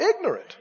ignorant